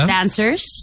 Dancers